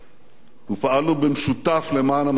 ופעלנו במשותף למען המטרה הזאת.